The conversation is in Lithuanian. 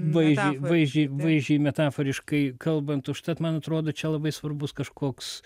vaizdžiai vaizdžiai vaizdžiai metaforiškai kalbant užtat man atrodo čia labai svarbus kažkoks